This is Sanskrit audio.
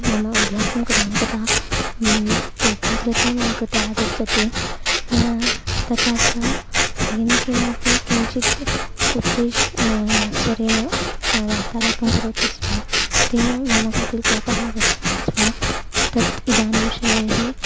मम अभ्यासं करोमि तदा एकाग्रता मम कृते आगच्छति तथा च येन केनापि किञ्चित् उच्चैः स्वरेण वार्तालापं करोति स्म तेन मम कृते कोपः आगच्छति स्म तत् इदानीं शनैः